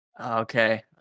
Okay